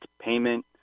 payment